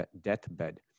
deathbed